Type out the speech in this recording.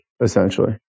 essentially